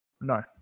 No